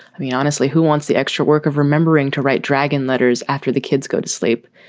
i mean, honestly, who wants the extra work of remembering to write dragon letters after the kids go to sleep?